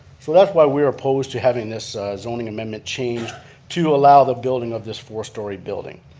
so that's why we're opposed to having this zoning amendment change to allow the building of this four story building.